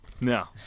No